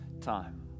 time